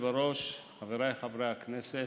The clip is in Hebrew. הכנסת,